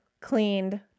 cleaned